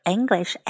English